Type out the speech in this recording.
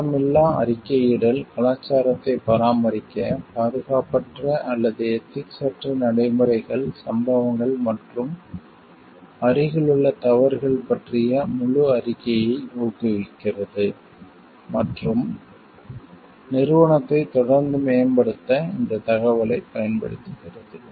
குற்றமில்லா அறிக்கையிடல் கலாச்சாரத்தை பராமரிக்க பாதுகாப்பற்ற அல்லது எதிக்ஸ்யற்ற நடைமுறைகள் சம்பவங்கள் மற்றும் அருகிலுள்ள தவறுகள் பற்றிய முழு அறிக்கையை ஊக்குவிக்கிறது மற்றும் நிறுவனத்தை தொடர்ந்து மேம்படுத்த இந்தத் தகவலைப் பயன்படுத்துகிறது